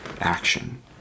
action